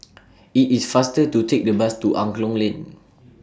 IT IS faster to Take The Bus to Angklong Lane